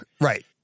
right